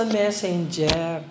messenger